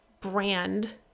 brand